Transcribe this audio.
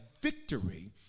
victory